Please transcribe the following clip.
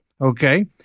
okay